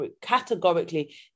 categorically